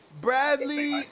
Bradley